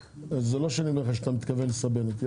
זה לא שאני אומר לך שאתה מתכוון לסבן אותי,